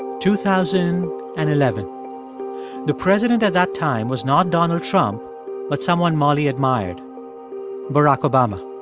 two thousand and eleven the president at that time was not donald trump but someone molly admired barack obama.